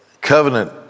covenant